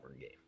game